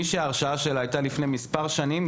מי שההרשעה שלה הייתה לפני מספר שנים,